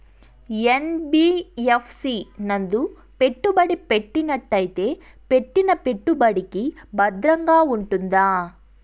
NBFC నందు పెట్టుబడి పెట్టినట్టయితే పెట్టిన పెట్టుబడికి భద్రంగా ఉంటుందా?